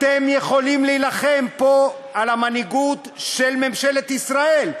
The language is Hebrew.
אתם יכולים להילחם פה על המנהיגות של ממשלת ישראל,